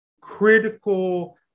critical